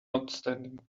outstanding